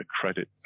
credit